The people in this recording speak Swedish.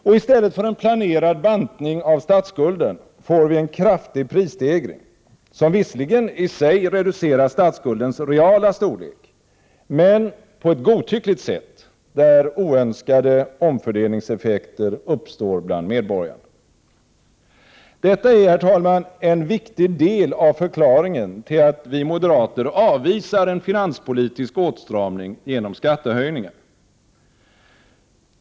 Och i stället för en planerad bantning av statsskulden får vi en kraftig prisstegring, som visserligen i sig reducerar statsskuldens reala storlek men på ett godtyckligt sätt, där oönskade omfördelningseffekter uppstår bland medborgarna. Herr talman! Detta är en viktig del av förklaringen till att vi moderater avvisar en finanspolitisk åtstramning genom skattehöjningar.